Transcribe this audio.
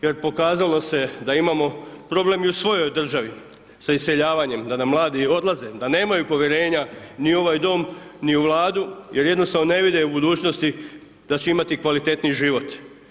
Jer pokazalo se da imamo problem i u svojoj državi sa iseljavanjem, da nam mladi odlaze, da nemaju povjerenja ni u ovoj dom, ni u Vladu jer jednostavno ne vide budućnosti da će imati kvalitetniji život.